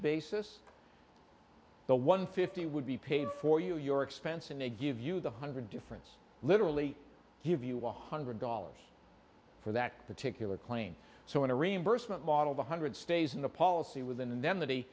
basis the one fifty would be paid for you your expense and they give you the hundred difference literally give you one hundred dollars for that particular claim so in a reimbursement model one hundred stays in the policy within an